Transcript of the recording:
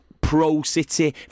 pro-city